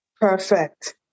Perfect